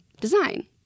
design